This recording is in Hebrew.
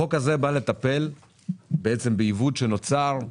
החוק הזה בא לטפל בעיוות שנוצר,